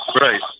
Right